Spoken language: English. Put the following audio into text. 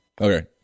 Okay